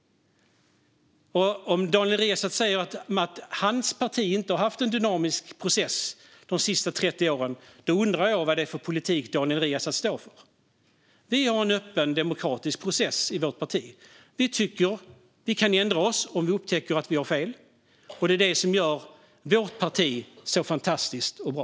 Om Daniel Riazat säger att hans parti inte har haft en dynamisk process de senaste 30 åren undrar jag vad det är för politik Daniel Riazat står för. Vi har en öppen demokratisk process i vårt parti. Vi kan ändra oss om vi upptäcker att vi har fel, och det är det som gör vårt parti så fantastiskt och bra.